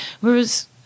Whereas